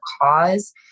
cause